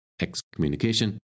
excommunication